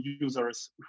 users